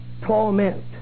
torment